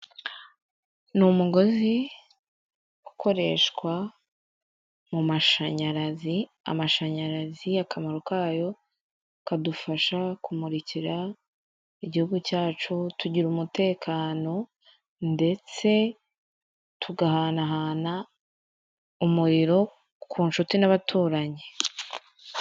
Ni umugozi ukoreshwa mu mashanyarazi, amashanyarazi akamaro kayo kadufasha kumurikira igihugu cyacu, tugira umutekano ndetse tugahanahana umuriro ku nshuti n'abaturanyi.